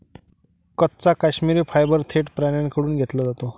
कच्चा काश्मिरी फायबर थेट प्राण्यांकडून घेतला जातो